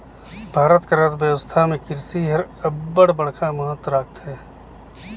भारत कर अर्थबेवस्था में किरसी हर अब्बड़ बड़खा महत राखथे